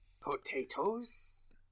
potatoes